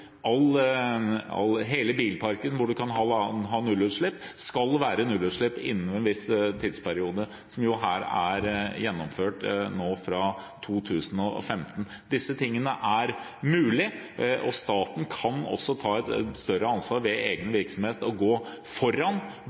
hele bilparken hvor man kan ha nullutslipp, skal ha nullutslipp innen en viss tidsperiode, som her er gjennomført nå fra 2015? Disse tingene er mulig, og staten kan ta et større ansvar i egen virksomhet og gå foran,